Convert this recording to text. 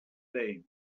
day